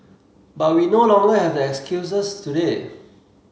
but we no longer have that excuses today